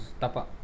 Tapa